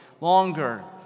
longer